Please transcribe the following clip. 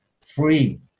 free